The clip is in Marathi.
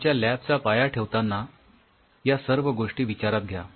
तर तुमच्या लॅब चा पाया ठेवतांना या सर्व गोष्टी विचारात घ्या